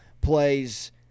plays